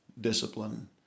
discipline